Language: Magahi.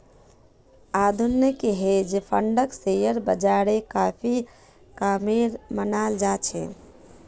आधुनिक हेज फंडक शेयर बाजारेर काफी कामेर मनाल जा छे